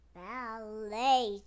ballet